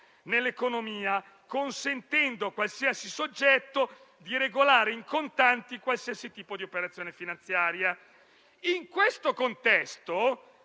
nell'economia, consentendo a qualsiasi soggetto di regolare in contanti qualsiasi tipo di operazione finanziaria. In questo contesto,